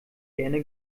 gerne